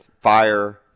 fire